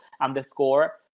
underscore